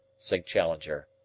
said challenger.